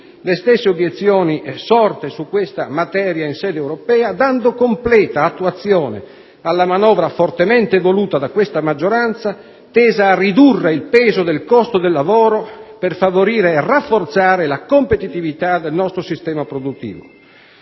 le stesse obiezioni sorte in materia in sede europea e dando completa attuazione alla manovra, fortemente voluta da questa maggioranza, tesa a ridurre il peso del costo del lavoro per favorire e rafforzare la competitività del nostro sistema produttivo.